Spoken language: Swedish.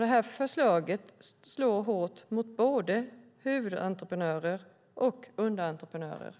Det här förslaget slår hårt mot både huvudentreprenörer och underentreprenörer.